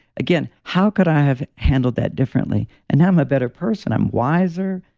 again, how could i have handled that differently and now, i'm a better person. i'm wiser,